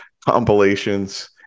compilations